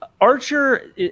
Archer